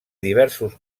diversos